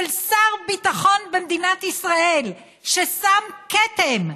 של שר ביטחון במדינת ישראל, ששם כתם,